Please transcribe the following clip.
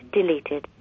deleted